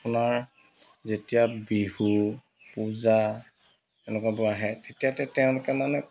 আপোনাৰ যেতিয়া বিহু পূজা এনেকুৱাবোৰ আহে তেতিয়া তেওঁলোকে মানে